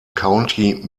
county